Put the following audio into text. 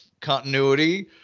continuity